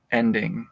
ending